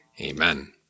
Amen